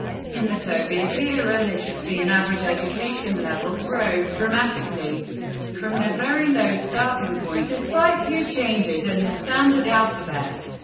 in the soviet era, literacy and average education levels rose dramatically from their very low starting point, despite two changes in the standard alphabet,